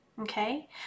Okay